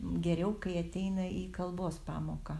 geriau kai ateina į kalbos pamoką